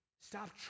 stop